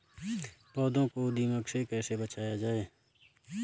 पौधों को दीमक से कैसे बचाया जाय?